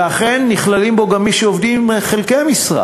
ואכן נכללים בהם גם מי שעובדים חלקי משרה,